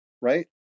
right